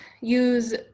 use